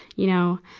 you know,